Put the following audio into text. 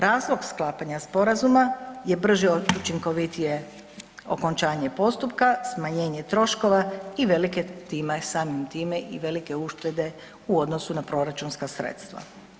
Razlog sklapanja sporazuma je brže i učinkovitije okončanje postupka, smanjenje troškova i velike, samim time, i velike uštede u odnosu na proračunska sredstva.